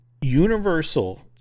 universal